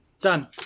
done